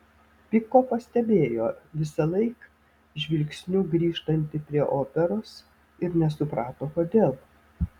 piko pastebėjo visąlaik žvilgsniu grįžtanti prie operos ir nesuprato kodėl